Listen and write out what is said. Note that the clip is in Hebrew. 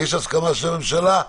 יש הסכמה של הממשלה?